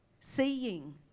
seeing